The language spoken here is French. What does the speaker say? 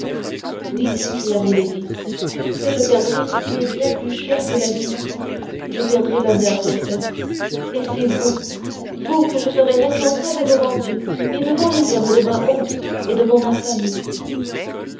oui s'écria milady mais je perdrai ce qui m'est bien plus cher que la vie je perdrai l'honneur felton et c'est vous vous que je ferai responsable devant dieu et devant les hommes de ma honte et de mon infamie